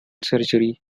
surgery